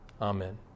Amen